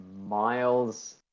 miles